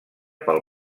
pel